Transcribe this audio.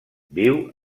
viu